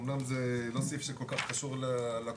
אמנם זה לא סעיף שכל כך קשור לקופות,